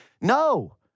no